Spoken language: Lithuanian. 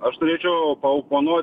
aš norėčiau paoponuot